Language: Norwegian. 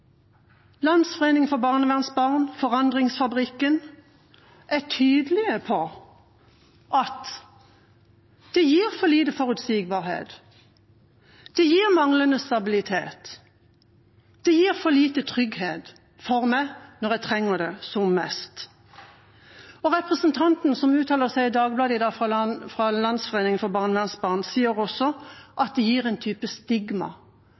Landsforeningen for barnevernsbarn og Forandringsfabrikken er tydelige på at det er for lite forutsigbarhet, det er manglende stabilitet, det er for lite trygghet til dem som trenger det mest. Og representanten fra Landsforeningen for barnevernsbarn som uttaler seg til Dagbladet i dag, sier også at det gir en type stigma,